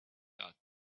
out